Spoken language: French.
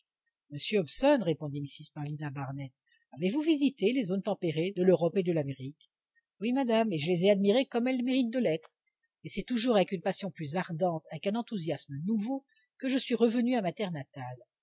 monsieur hobson répondit mrs paulina barnett avez-vous visité les zones tempérées de l'europe et de l'amérique oui madame et je les ai admirées comme elles méritent de l'être mais c'est toujours avec une passion plus ardente avec un enthousiasme nouveau que je suis revenu à ma terre natale